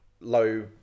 low